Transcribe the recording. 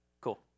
Cool